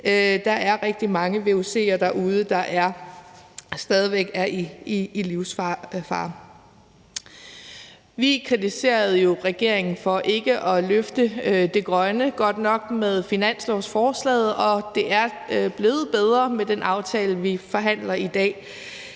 Der er rigtig mange vuc'er derude, der stadig væk er i livsfare. Vi kritiserede jo regeringen for ikke at løfte det grønne godt nok med finanslovsforslaget, og det er blevet bedre med den aftale, vi forhandler i dag.